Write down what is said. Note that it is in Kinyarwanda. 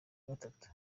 gatatu